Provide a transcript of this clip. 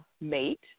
Mate